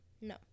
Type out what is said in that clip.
No